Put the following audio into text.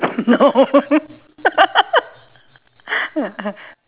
no